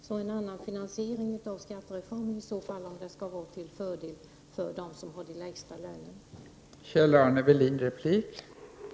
Om skattereformen skall vara till fördel för dem som har de lägsta lönerna, måste den alltså få en annan finansiering.